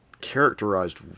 characterized